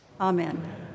Amen